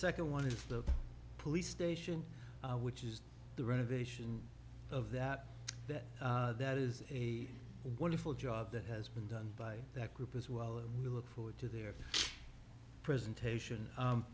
nd one is the police station which is the renovation of that that that is a wonderful job that has been done by that group as well and we look forward to their presentation